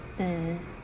mm